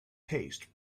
paste